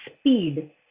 speed